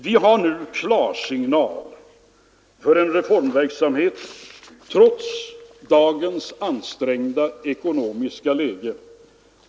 Vi har nu klarsignal för en reformverksamhet trots dagens ansträngda ekonomiska läge.